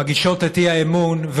מגישות את האי-אמון,